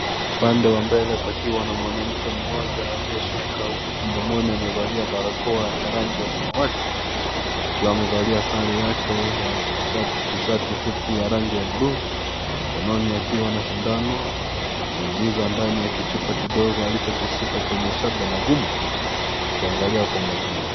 Upande wa mbele pakiwa na mwanamke mmoja aliyeshuka huku mdomoni amevalia barakoa ya rangi ya samawati wakiwa wamevalia sare yake ya shati fupi ya rangi ya bluu mkononi akiwa na shindano anaingiza ndani ya kichupa kidogo alichokishika katika kwenye shada la gumba akiangalia kwa umakini.